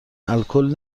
الکل